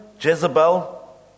Jezebel